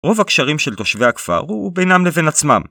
רוב הקשרים של תושבי הכפר הוא בינם לבין עצמם.